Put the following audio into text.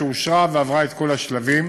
שאושרה ועברה את כל השלבים,